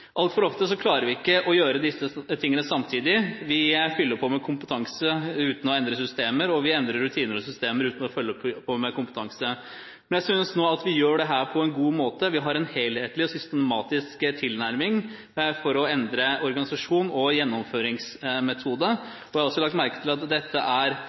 Altfor ofte klarer vi ikke å gjøre disse tingene samtidig. Vi fyller på med kompetanse uten å endre systemer, og vi endrer rutiner og systemer uten å fylle på med kompetanse. Men jeg synes nå at vi gjør dette på en god måte. Vi har en helhetlig og systematisk tilnærming for å endre organisasjon og gjennomføringsmetode. Vi har lagt merke til at dette er